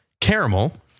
caramel